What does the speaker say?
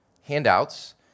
handouts